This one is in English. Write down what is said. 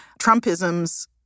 Trumpism's